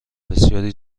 بسیاری